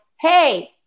Hey